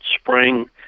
spring